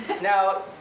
Now